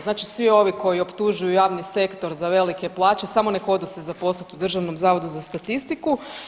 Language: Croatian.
Znači svi ovi koji optužuju javni sektor za velike plaće samo nek odu se zaposlit u Državnom zavodu za statistiku.